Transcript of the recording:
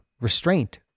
restraint